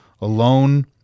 alone